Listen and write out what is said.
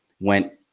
went